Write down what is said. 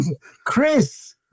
Chris